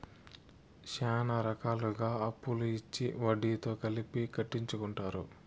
శ్యానా రకాలుగా అప్పులు ఇచ్చి వడ్డీతో కలిపి కట్టించుకుంటారు